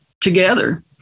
together